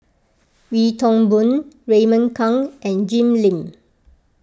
Wee Toon Boon Raymond Kang and Jim Lim